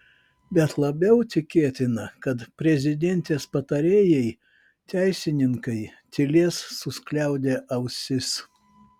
bet labiau tikėtina kad prezidentės patarėjai teisininkai tylės suskliaudę ausis